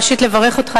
ראשית לברך אותך,